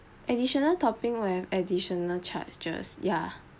additional topping we have additional charges ya